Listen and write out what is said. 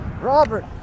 Robert